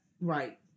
Right